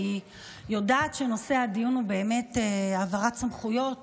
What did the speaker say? אני יודעת שנושא הדיון הוא העברת סמכויות